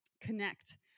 connect